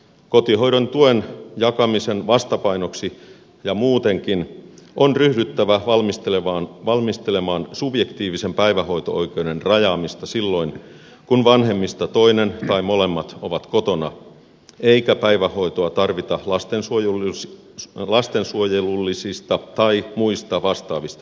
kotihoidon tuen jakamisen vastapainoksi ja muutenkin on ryhdyttävä valmistelemaan subjektiivisen päivähoito oikeuden rajaamista silloin kun vanhemmista toinen tai molemmat ovat kotona eikä päivähoitoa tarvita lastensuojelullisista tai muista vastaavista syistä